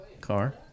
Car